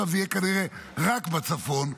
עכשיו זה יהיה כנראה רק בצפון,